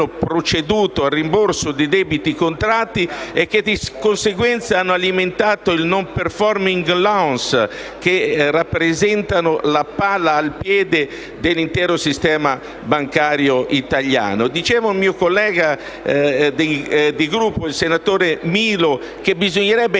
proceduto al rimborso dei debiti contratti e che di conseguenza hanno alimentato i *non performing loans*, che rappresentano la palla al piede dell'intero sistema bancario italiano. Diceva un mio collega di Gruppo, il senatore Milo, che bisognerebbe